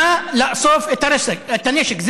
נא לאסוף את הנשק.